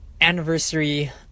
anniversary